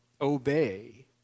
obey